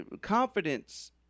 confidence